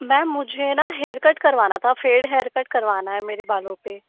ma'am मुझे न haircut करवाना था फेड हेअरकट करवाना है मेरे बालो पर